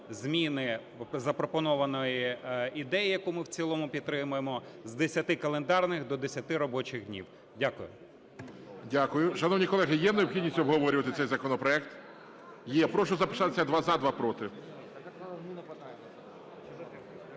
зміни запропонованої ідеї, яку ми в цілому підтримуємо, з 10 календарних до 10 робочих днів. Дякую. ГОЛОВУЮЧИЙ. Дякую. Шановні колеги, є необхідність обговорювати цей законопроект? Є. Прошу записатися: два – за, два – проти.